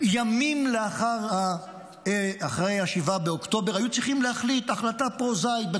ימים אחרי 7 באוקטובר היו צריכים להחליט החלטה פרוזאית חום